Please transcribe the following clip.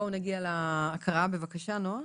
בואו נגיע להקראה בבקשה, נעה.